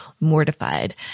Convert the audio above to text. mortified